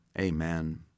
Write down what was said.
Amen